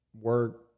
work